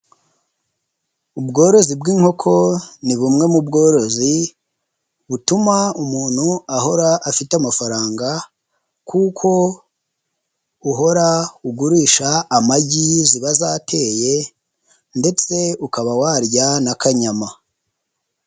Ubworozi bw'inkoko ni bumwe mu bworozi butuma umuntu ahora afite amafaranga kuko uhora ugurisha amagi ziba zateye ndetse ukaba warya na kanyama.